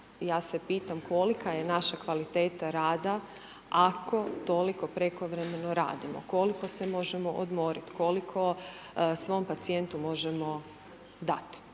ja se pitam kolika je naša kvaliteta rada ako toliko prekovremeno radimo, koliko se možemo odmorit, koliko svom pacijentu možemo dat?